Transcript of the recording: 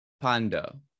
pando